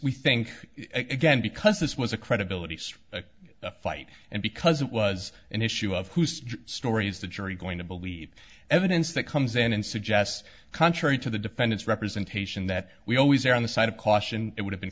we think again because this was a credibility fight and because it was an issue of whose stories the jury going to believe evidence that comes in and suggests contrary to the defendant's representation that we always err on the side of caution it would have been